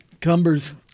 cumber's